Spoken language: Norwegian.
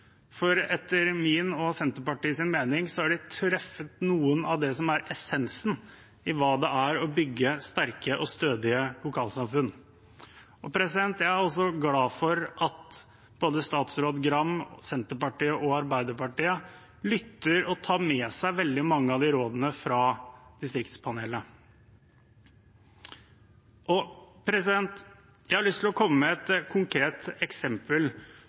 for etter min og Senterpartiets mening har de truffet noe av essensen i hva det er å bygge sterke og stødige lokalsamfunn. Jeg er også glad for at både statsråd Gram, Senterpartiet og Arbeiderpartiet lytter og tar med seg veldig mange av rådene fra distriktspanelet. Jeg har lyst til å komme med et konkret eksempel